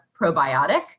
probiotic